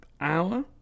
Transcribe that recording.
hour